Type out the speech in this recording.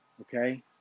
okay